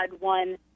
one